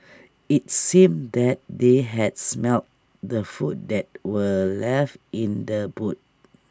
IT seemed that they had smelt the food that were left in the boot